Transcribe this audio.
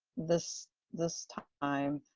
this this time.